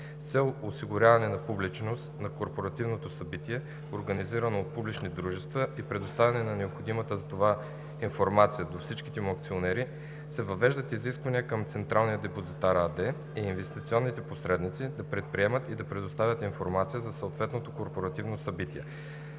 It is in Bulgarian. цел осигуряване на публичност на корпоративното събитие, организирано от публични дружества, и предоставяне на необходимата за това информация до всичките му акционери се въвеждат изисквания към „Централен депозитар“ АД и инвестиционните посредници да приемат и да предоставят информацията за съответното корпоративно събитие.